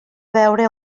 veure